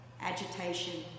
agitation